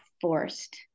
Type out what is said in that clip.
forced